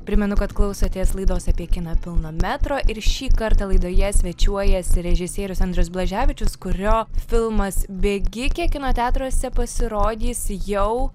primenu kad klausotės laidos apie kiną pilno metro ir šį kartą laidoje svečiuojasi režisierius andrius blaževičius kurio filmas bėgikė kino teatruose pasirodys jau